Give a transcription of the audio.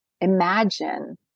imagine